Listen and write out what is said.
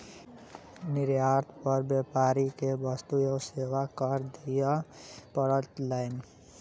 निर्यात पर व्यापारी के वस्तु एवं सेवा कर दिअ पड़लैन